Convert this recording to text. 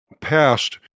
past